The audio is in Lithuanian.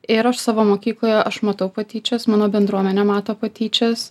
ir aš savo mokykloje aš matau patyčias mano bendruomenė mato patyčias